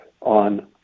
on